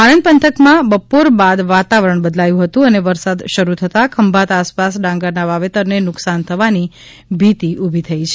આણંદ પંથકમાં બપોર બાદ વાતાવરણ બદલાયું હતું અને વરસાદ શરૂ થતા ખંભાત આસપાસ ડાંગરના વાવેતરને નુકશાન થવાની ભીતી ઉભી થઇ છે